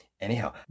Anyhow